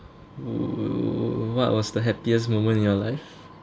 oo what was the happiest moment in your life